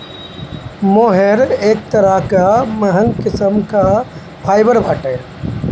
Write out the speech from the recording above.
मोहेर एक तरह कअ महंग किस्म कअ फाइबर बाटे